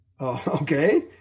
Okay